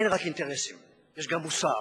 אין רק אינטרסים, יש גם מוסר.